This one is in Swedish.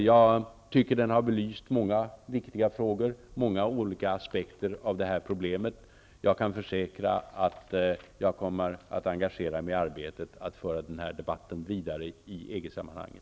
Jag tycker att den har belyst många viktiga frågor, många olika aspekter av problemet. Jag kan försäkra att jag kommer att engagera mig i arbetet att föra den här debatten vidare i EG-sammanhanget.